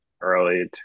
early